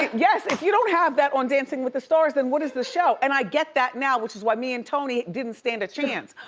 yes, if you don't have that on dancing with the stars, then what is the show? and i get that now, which is why me and tony didn't stand a chance.